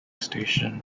station